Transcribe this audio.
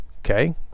Okay